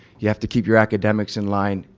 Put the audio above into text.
you have to keep your academics in line,